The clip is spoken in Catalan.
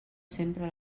sempre